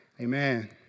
Amen